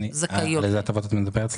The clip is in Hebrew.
על איזה מההטבות את מדברת?